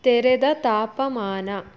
ತೆರೆದ ತಾಪಮಾನ